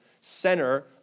center